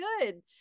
good